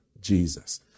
Jesus